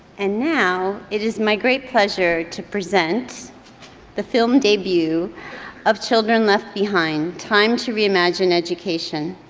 and now, it is my great pleasure to present the film debut of children left behind time to reimagine education.